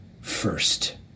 first